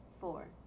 four